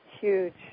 huge